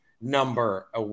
number